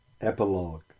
Epilogue